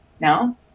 No